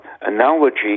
analogy